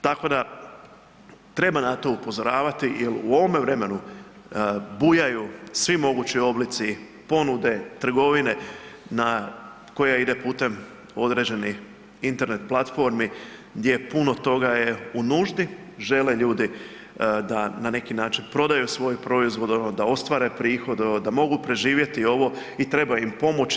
Tako da treba na to upozoravati jel u ovome vremenu bujaju svi mogući ponude, trgovine na, koja ide putem određenih internet platformi gdje puno toga je u nuždi, žele ljudi da na neki način prodaju svoj proizvod ono da ostvare prihod, da mogu preživjeti ovo i treba im pomoći.